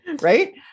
right